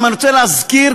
אני רוצה להזכיר,